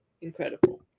incredible